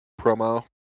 promo